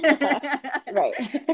right